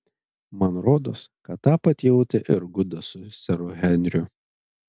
man rodos kad tą pat jautė ir gudas su seru henriu